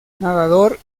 nadador